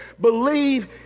believe